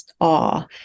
awe